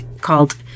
called